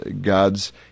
God's